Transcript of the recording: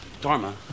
Dharma